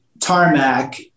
tarmac